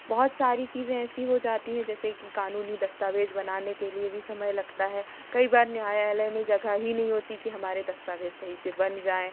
बहुत सारी चीज़ें ऐसी हो जाती हैं जैसे कि कानूनी दस्तावेज़ बनाने के लिए भी समय लगता है कई बार न्यायालय में जगह ही नहीं होती कि हमारे दस्तावेज़ सही से बन जाएँ